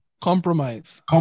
Compromise